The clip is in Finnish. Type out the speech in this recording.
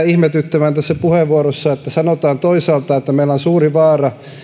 ihmetyttämään tässä puheenvuorossa että sanotaan toisaalta että meillä on suuri vaara